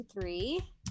three